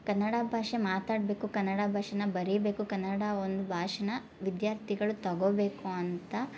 ಕನ್ನಡ ಭಾಷೆ ಮಾತಾಡಬೇಕು ಕನ್ನಡ ಭಾಷೆನ ಬರೀಬೇಕು ಕನ್ನಡ ಒಂದು ಭಾಷೆನ ವಿದ್ಯಾರ್ಥಿಗಳು ತಗೊಬೇಕು ಅಂತ